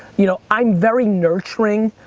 you know, i'm very nurturing.